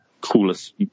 coolest